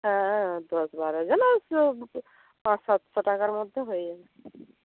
হ্যাঁ দশ বারো জন ওই তো পাঁচ সাতশো টাকার মধ্যে হয়ে যাবে